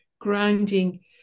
grounding